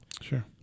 Sure